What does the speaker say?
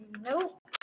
Nope